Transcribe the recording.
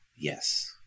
yes